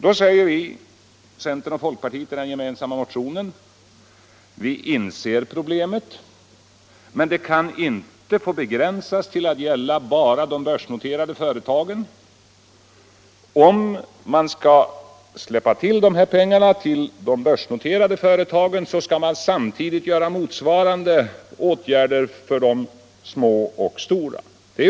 Vi från centern och folkpartiet säger i den gemensamma motionen att vi inser problemet men att detta stöd inte kan få begränsas till att gälla bara de börsnoterade företagen. Villkoret för att man skall släppa till dessa pengar till de börsnoterade företagen är enligt vår uppfattning att åtgärderna skall avse både de små och de stora företagen.